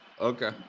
Okay